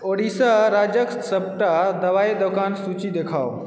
उड़ीसा राज्यक सभटा दबाइ दोकानक सूची देखाउ